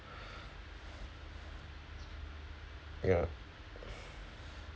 ya